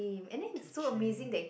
catching